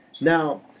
Now